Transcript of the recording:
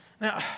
Now